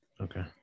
Okay